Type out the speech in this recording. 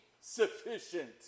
sufficient